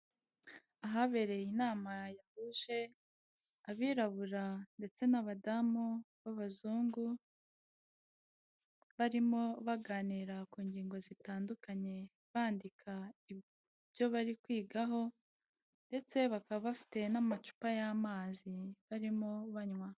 Ahabereye inama yahuje abirabura ndetse n'abadamu b'abazungu, barimo baganira ku ngingo zitandukanye, bandika ibyo bari kwigaho ndetse bakaba bafite n'amacupa y'amazi barimo banywa.